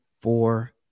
four